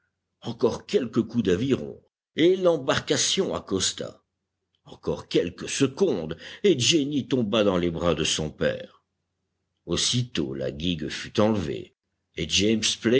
encore quelques coups d'aviron et l'embarcation accosta encore quelques secondes et jenny tomba dans les bras de son père aussitôt la guigue fut enlevée et james